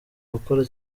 gukora